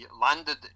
landed